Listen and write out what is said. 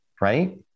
right